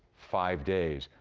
five days.